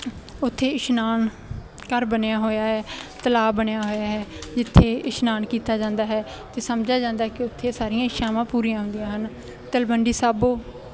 ਉੱਥੇ ਇਸ਼ਨਾਨ ਘਰ ਬਣਿਆ ਹੋਇਆ ਹੈ ਤਲਾਬ ਬਣਿਆ ਹੋਇਆ ਹੈ ਜਿੱਥੇ ਇਸ਼ਨਾਨ ਕੀਤਾ ਜਾਂਦਾ ਹੈ ਅਤੇ ਸਮਝਿਆ ਜਾਂਦਾ ਹੈ ਕਿ ਉੱਥੇ ਸਾਰੀਆਂ ਇੱਛਾਵਾਂ ਪੂਰੀਆਂ ਹੁੰਦੀਆਂ ਹਨ ਤਲਵੰਡੀ ਸਾਬੋ